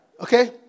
Okay